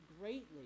greatly